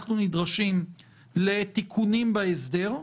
שהיא נדרשת לתיקונים בהסדר,